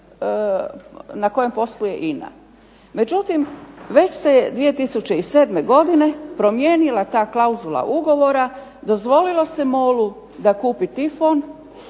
na kojem poslu je INA. Međutim već se je i 2007. godine promijenila ta klauzula ugovora. Dozvolilo se MOL-u da kupi Tifon